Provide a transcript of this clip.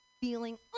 feeling